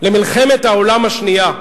למלחמת העולם השנייה.